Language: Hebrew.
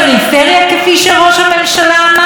הרי זה שטות והבל רוח.